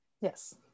Yes